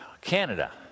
Canada